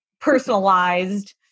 personalized